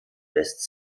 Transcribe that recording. west